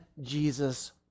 Jesus